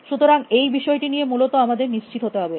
সুতরাং এই বিষয়টি নিয়ে মূলত আমাদের নিশ্চিত হতে হবে